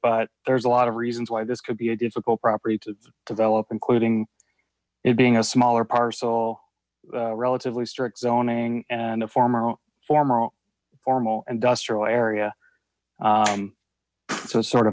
but there's a lot of reasons why this could be a difficult property to develop including it being a smaller parcel relatively strict zoning and a former formal formal industrial area so it's sort